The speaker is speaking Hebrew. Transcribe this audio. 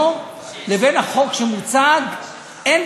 אפילו מילה לא שמעת, רגע, רגע, רגע, מה?